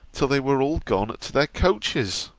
till they were all gone to their coaches.